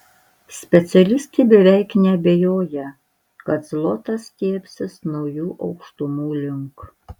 specialistai beveik neabejoja kad zlotas stiebsis naujų aukštumų link